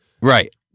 Right